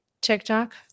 TikTok